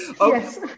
Yes